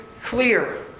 clear